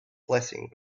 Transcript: blessing